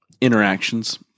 interactions